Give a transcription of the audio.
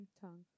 Tongue